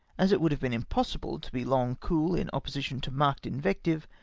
as it would have been impossible to be long cool in opposition to marked invective,